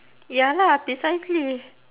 ya lah precisely